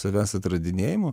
savęs atradinėjimu